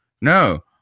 No